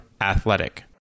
ATHLETIC